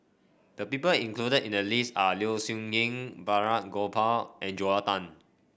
the people included in the list are Low Siew Nghee Balraj Gopal and Joel Tan